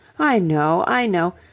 i know, i know.